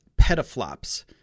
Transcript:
petaflops